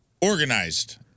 organized